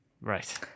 right